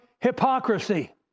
hypocrisy